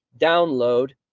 download